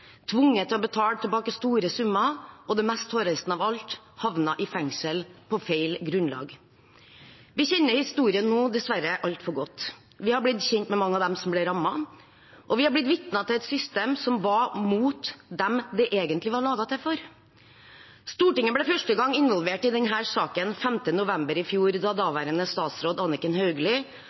tvunget til å betale tilbake store summer og – det mest hårreisende av alt – havnet i fengsel på feil grunnlag. Vi kjenner nå dessverre historien altfor godt. Vi har blitt kjent med mange av dem som ble rammet, og vi har blitt vitne til et system som var mot dem det egentlig var laget for. Stortinget ble første gang involvert i denne saken 5. november i fjor, da daværende statsråd Anniken